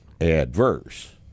adverse